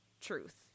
truth